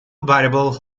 variable